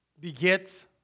begets